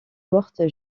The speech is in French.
morte